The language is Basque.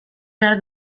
behar